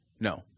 No